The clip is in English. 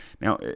Now